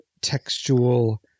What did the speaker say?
textual